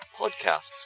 podcasts